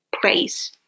place